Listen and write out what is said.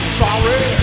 sorry